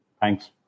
Thanks